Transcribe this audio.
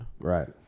Right